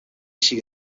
she